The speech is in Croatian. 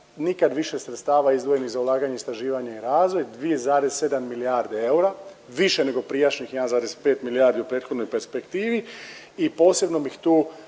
nikad više sredstava izdvojenih za ulaganje u istraživanje i razvoj 2,7 milijarde eura, više nego prijašnjih 1,5 milijardi u prethodnoj perspektivi i posebno bih tu